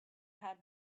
had